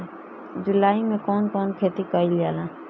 जुलाई मे कउन कउन खेती कईल जाला?